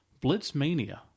Blitzmania